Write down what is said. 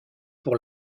pour